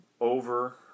over